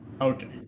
Okay